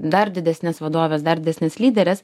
dar didesnes vadoves dar didesnes lyderes